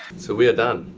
so we are done.